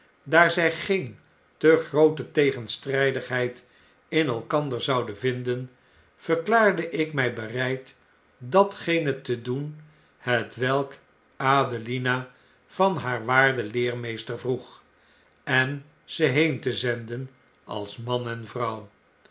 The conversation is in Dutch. daar zy geen te groote tegenstrydigheid in elkander zouden vinden verklaarde ik my bereid datgene te doen hetwelk adelina van haar waarde leermeester vroeg en ze heen te zenden als man en vrouw